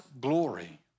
glory